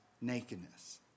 nakedness